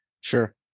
Sure